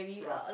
rough